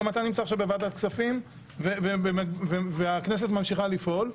גם אתה נמצא עכשיו בוועדת הכספים והכנסת ממשיכה לפעול.